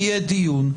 יהיה דיון.